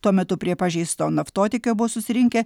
tuo metu prie pažeisto naftotiekio buvo susirinkę